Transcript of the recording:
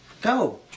Go